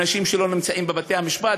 אנשים שלא נמצאים בבתי-המשפט,